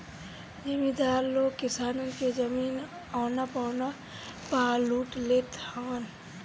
जमीदार लोग किसानन के जमीन औना पौना पअ लूट लेत हवन